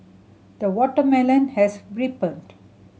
the watermelon has ripened